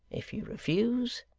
if you refuse,